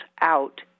out